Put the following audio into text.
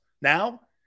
Now